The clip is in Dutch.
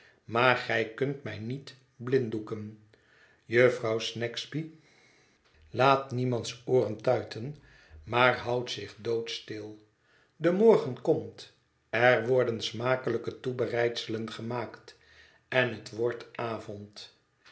maar gij kunt mij niet blinddoeken jufvrouw snagsby laat niemands ooren tuiten maar houdt zich doodstil de morgen komt er worden smakelijke toebereidselen gemaakt en het wordt avond